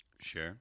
Sure